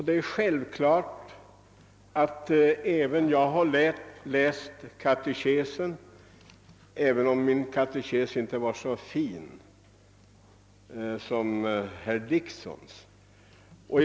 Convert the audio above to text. Det är självklart att även jag läst katekesen, även om min katekes inte var så fin som herr Dicksons.